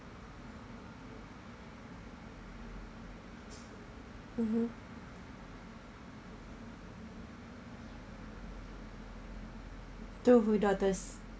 mmhmm to who daughters